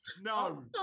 No